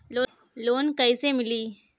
Loan कइसे मिली?